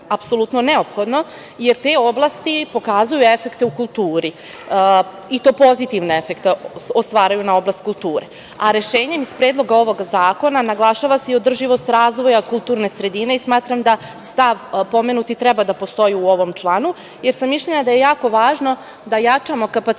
apsolutno neophodno, jer te oblasti pokazuju efekte u kulturi, i to pozitivne efekte ostvaruju na oblast kulture. Rešenjem iz predloga ovog zakona naglašava se i održivost razvoja kulturne sredine. Smatram da pomenuti stav treba da postoji u ovom članu, jer sam mišljenja da je jako važno da jačamo kapacitet